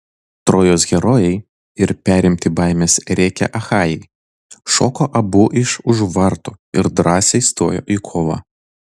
trojos herojai ir perimti baimės rėkia achajai šoko abu iš už vartų ir drąsiai stojo į kovą